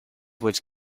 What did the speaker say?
which